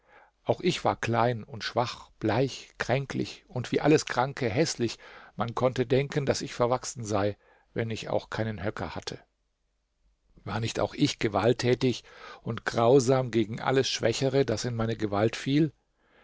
auch ich war klein und schwach bleich kränklich und wie alles kranke häßlich man konnte denken daß ich verwachsen sei wenn ich auch keinen höcker hatte war nicht auch ich gewalttätig und grausam gegen alles schwächere das in meine gewalt fiel